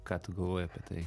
ką tu galvoji apie tai